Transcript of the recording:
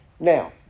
Now